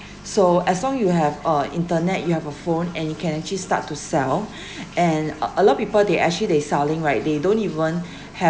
so as long you have uh internet you have a phone and you can actually start to sell and uh a lot of people they actually they selling right they don't even have